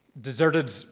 deserted